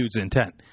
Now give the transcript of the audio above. intent